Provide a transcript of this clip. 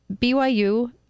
BYU